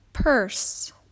purse